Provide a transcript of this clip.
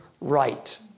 right